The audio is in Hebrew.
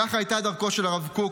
כך הייתה דרכו של הרב קוק.